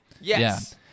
Yes